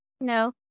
No